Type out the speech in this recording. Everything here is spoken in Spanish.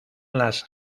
las